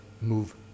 move